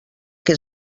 que